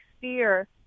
fear